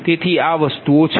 તેથી આ વસ્તુ છે